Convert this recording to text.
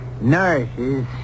nourishes